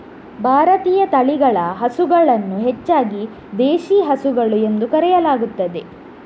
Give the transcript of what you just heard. ಭಾರತೀಯ ತಳಿಗಳ ಹಸುಗಳನ್ನು ಹೆಚ್ಚಾಗಿ ದೇಶಿ ಹಸುಗಳು ಎಂದು ಕರೆಯಲಾಗುತ್ತದೆ